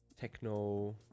techno